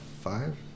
five